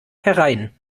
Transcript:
herein